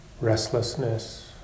Restlessness